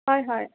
হয় হয়